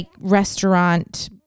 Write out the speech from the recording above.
restaurant